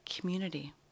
community